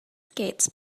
skates